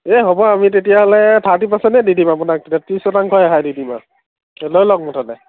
এই হ'ব আমি তেতিয়াহ'লে থাৰ্টি পাৰচেণ্টে দি দিম আপোনাক তেতিয়া ত্ৰিছ শতাংশ ৰেহাই দি দিম আৰু তো লৈ লওক মুঠতে